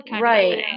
Right